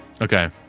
Okay